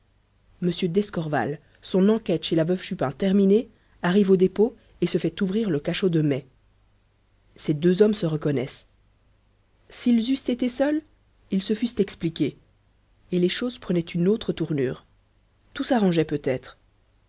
m d'escorval son enquête chez la veuve chupin terminée arrive au dépôt et se fait ouvrir le cachot de mai ces deux hommes se reconnaissent s'ils eussent été seuls ils se fussent expliqués et les choses prenaient une autre tournure tout s'arrangeait peut-être